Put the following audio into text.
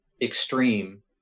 Extreme